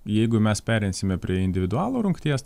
jeigu mes pereisime prie individualų rungties